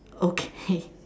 okay